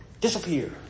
disappear